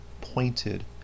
pointed